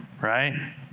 right